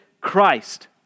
Christ